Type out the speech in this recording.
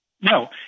No